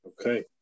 Okay